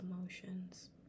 emotions